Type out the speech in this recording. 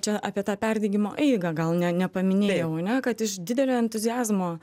čia apie tą perdegimo eigą gal ne nepaminėjau ane kad iš didelio entuziazmo